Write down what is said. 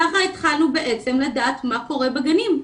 כך התחלנו לדעת מה קורה בגנים.